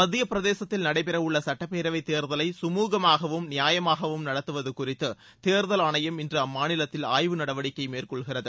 மத்தியப்பிரதேசத்தில் நடைபெறவுள்ள சட்டப்பேரவை தேர்தலை கமுகமாகவும் நியமாகவும் நடத்துவது குறித்து தேர்தல் ஆணையம் இன்று அம்மாநிலத்தில் ஆய்வு நடவடிக்கை மேற்கொள்கிறது